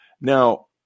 Now